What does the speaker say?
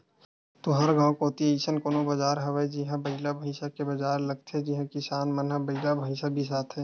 तुँहर गाँव कोती अइसन कोनो बजार हवय जिहां बइला भइसा के बजार लगथे जिहां किसान मन ह बइला भइसा बिसाथे